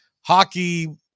hockey